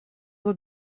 его